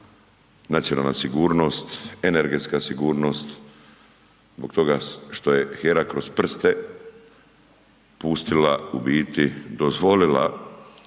nacionalna sigurnost, energetska sigurnost, zbog toga što je HERA kroz prste pustila u biti dozvolila